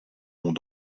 vont